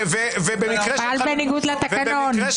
פעל בניגוד לתקנון.